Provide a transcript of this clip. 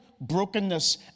brokenness